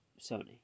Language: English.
Sony